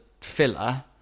filler